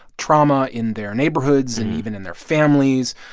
trauma in their neighborhoods and even in their families,